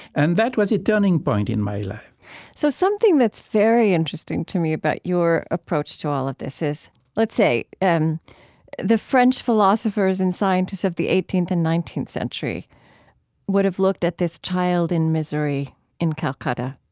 and that was a turning point in my life so something that's very interesting to me about your approach to all of this is let's say, and the french philosophers and scientists of the eighteenth and nineteenth century would've looked at this child in misery in calcutta,